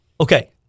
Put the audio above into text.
Okay